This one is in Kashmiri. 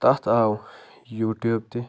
تتھ آو یوٗٹیوب تہِ